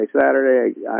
Saturday